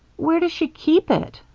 where does she keep it?